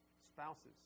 Spouses